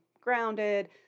grounded